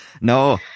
No